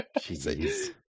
Jesus